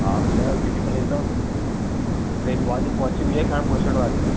हा ॿुधायो केॾीमहिल ईंदव ट्रेन पहुची वई आ पहुचणु वारी आहे